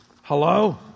Hello